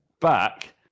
back